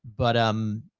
but, um,